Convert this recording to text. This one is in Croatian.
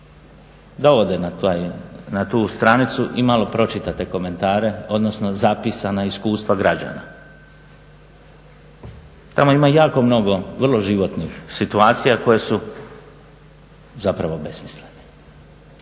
da ode na tu stranicu i malo pročita te komentare, odnosno zapisana iskustva građana. Tamo ima jako mnogo vrlo životnih situacija koje su zapravo besmislene.